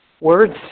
words